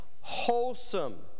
wholesome